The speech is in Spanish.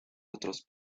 otros